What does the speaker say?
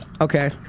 Okay